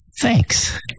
Thanks